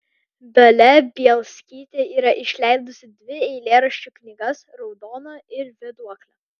dalia bielskytė yra išleidusi dvi eilėraščių knygas raudona ir vėduoklė